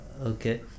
Okay